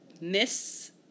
Miss